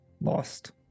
lost